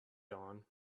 dawn